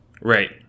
Right